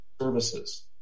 services